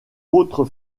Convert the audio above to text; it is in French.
autre